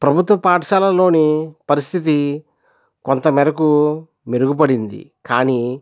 ప్రభుత్వ పాఠశాలలోని పరిస్థితి కొంతమెరకు మెరుగుపడింది కానీ